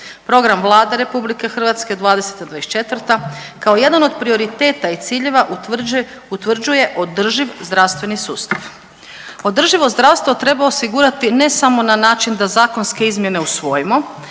Program Vlade RH '20.-'24. kao jedan od prioriteta i ciljeva utvrđuje, utvrđuje održiv zdravstveni sustav. Održivo zdravstvo treba osigurati ne samo na način da zakonske izmjene usvojimo